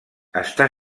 està